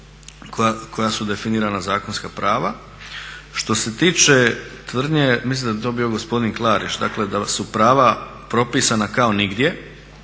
koja su definirana zakonska prava. Što se tiče tvrdnje, mislim da je to bio gospodin Klarić, da su prava propisana kao nigdje,